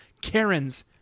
Karen's